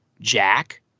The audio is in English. Jack